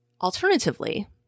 Alternatively